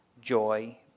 joy